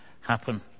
happen